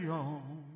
on